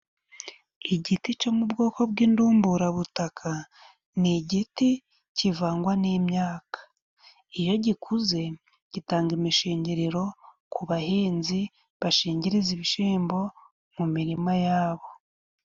Igiti cyo mu bwoko bw'indumburabutaka, ni igiti kivangwa n'imyaka. Iyo gikuze gitanga imishingiriro ku bahinzi bashingiriza ibishimbo mu mirima yabo.